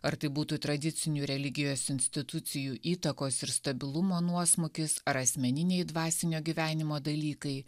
ar tai būtų tradicinių religijos institucijų įtakos ir stabilumo nuosmukis ar asmeniniai dvasinio gyvenimo dalykai